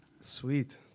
sweet